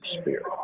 Spirit